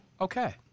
Okay